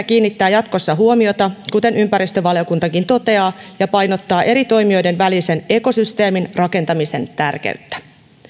kiinnittää jatkossa huomiota kuten ympäristövaliokuntakin toteaa ja painottaa eri toimijoiden välisen ekosysteemin rakentamisen tärkeyttä